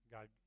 God